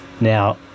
now